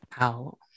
out